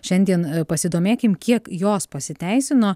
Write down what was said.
šiandien pasidomėkim kiek jos pasiteisino